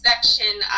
section